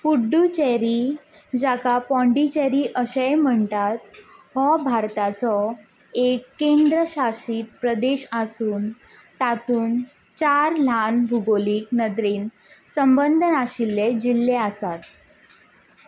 कुड्डू cherry जाका पोंडीचेरी अशेंय म्हणटात हो भारताचो एक केंद्र शाशीत प्रदेश आसून तातूंत चार ल्हान भुगोलीक नदरेन संबंद नाशिल्ले जिल्ले आसात